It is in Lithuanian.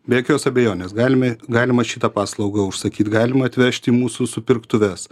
be jokios abejonės galime galima šitą paslaugą užsakyt galima atvežti į mūsų supirktuves